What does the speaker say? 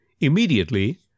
Immediately